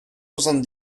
soixante